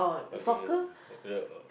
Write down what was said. okay